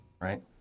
right